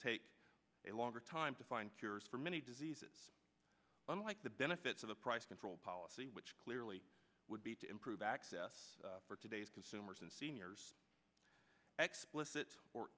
take a longer time to find cures for many diseases unlike the benefits of a price control policy which clearly would be to improve access for today's consumers and seniors explicit or